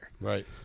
right